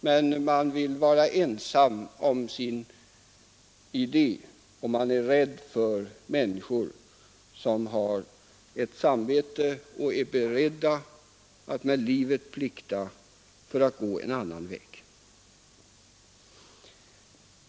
Men man vill vara ensam om sin ideologi och är rädd för människor som har ett samvete och som är beredda att offra sitt liv för att gå en annan väg.